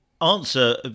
answer